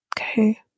okay